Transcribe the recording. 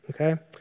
okay